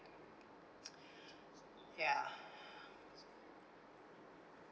ya